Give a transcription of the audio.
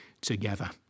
together